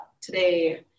today